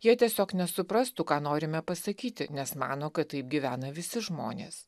jie tiesiog nesuprastų ką norime pasakyti nes mano kad taip gyvena visi žmonės